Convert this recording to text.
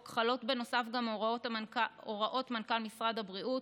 חלות בנוסף גם הוראות מנכ"ל משרד הבריאות,